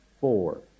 four